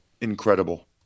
incredible